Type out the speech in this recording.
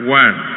one